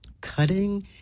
Cutting